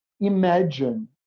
Imagine